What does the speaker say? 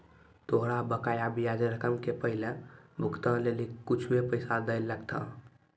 तोरा बकाया ब्याज रकम के पहिलो भुगतान लेली कुछुए पैसा दैयल लगथा